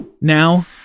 Now